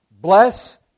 Bless